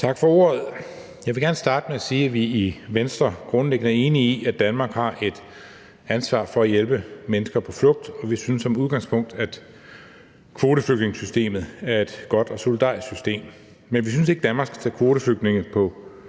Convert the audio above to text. Tak for ordet. Jeg vil gerne starte med at sige, at vi i Venstre grundlæggende er enige i, at Danmark har et ansvar for at hjælpe mennesker på flugt, og vi synes som udgangspunkt, at kvoteflygtningesystemet er et godt og solidarisk system. Men vi synes ikke, at Danmark skal tage kvoteflygtninge på